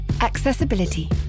Accessibility